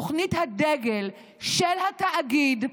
תוכנית הדגל של התאגיד,